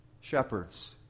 Shepherds